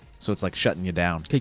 so it's like shutting you down.